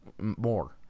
more